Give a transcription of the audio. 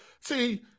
see